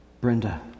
Brenda